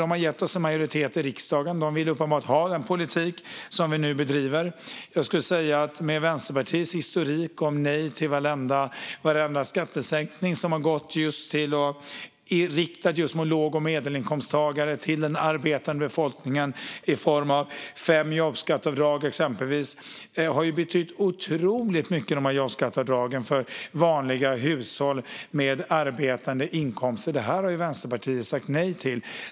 De har gett oss en majoritet i riksdagen och vill uppenbart ha den politik som vi nu bedriver. Vänsterpartiet har en historik av nej till varenda skattesänkning riktad mot just låg och medelinkomsttagare, den arbetande befolkningen, exempelvis i form av fem jobbskatteavdrag som har betytt otroligt mycket för vanliga hushåll med arbetande inkomster. Detta har Vänsterpartiet sagt nej till.